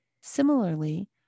Similarly